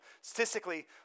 Statistically